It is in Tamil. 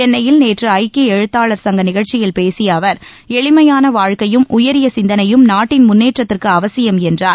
சென்னையில் நேற்று ஐக்கிய எழுத்தாளர் சங்க நிகழ்ச்சியில் பேசிய அவர் எளிமையான வாழ்க்கையும் உயரிய சிந்தனையும் நாட்டின் முன்னேற்றத்திற்கு அவசியம் என்றார்